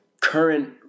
current